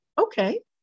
okay